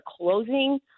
closing